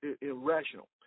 irrational